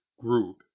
group